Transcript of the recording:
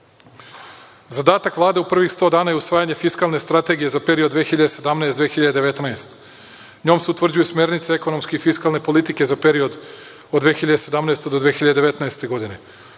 EU.Zadatak Vlade u prvih 100 dana je usvajanje fiskalne strategije za period 2017. – 2019. godina. Njome se utvrđuju smernice ekonomske i fiskalne politike za period od 2017. do 2019. godine.